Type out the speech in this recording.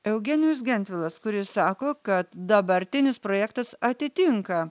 eugenijus gentvilas kuris sako kad dabartinis projektas atitinka